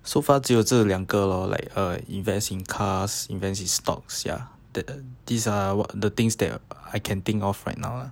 so far 只有这两个 lor like err invest in cars invest in stocks ya that these are the things that I can think of right now lah